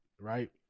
right